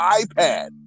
iPad